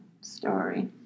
story